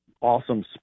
awesome